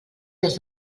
des